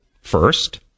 first